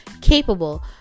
capable